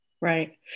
Right